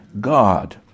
God